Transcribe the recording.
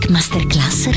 Masterclass